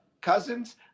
Cousins